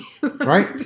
Right